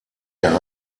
der